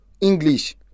English